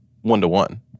one-to-one